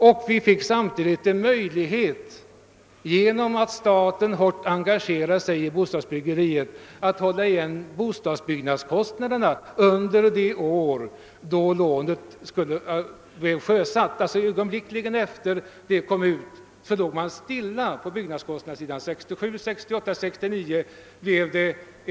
Vidare fick vi en möjlighet att hålla igen byggnadskostnaderna då lånen skulle utbetalas. Den möjligheten fick vi därför att staten engagerade sig hårt i bostadsbyggandet.